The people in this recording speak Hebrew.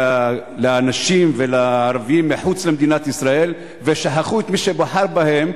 לאנשים ולערבים מחוץ למדינת ישראל ושכחו את מי שבחר בהם,